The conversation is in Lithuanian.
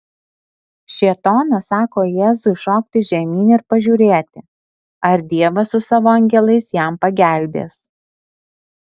šėtonas sako jėzui šokti žemyn ir pažiūrėti ar dievas su savo angelais jam pagelbės